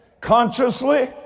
consciously